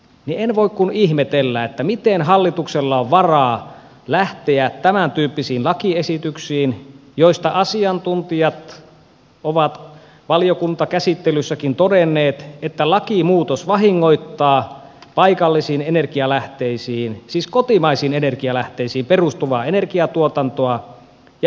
en voi kun ihmetellä miten hallituksella miinusmerkkiseksi lähteä tämäntyyppisiin lakiesityksiin joista asiantuntijat ovat valiokuntakäsittelyssäkin todenneet että lakimuutos vahingoittaa paikallisiin energialähteisiin siis kotimaisiin energialähteisiin perustuvaa energiatuotantoa ja investointeja suomeen